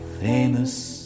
famous